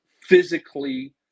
physically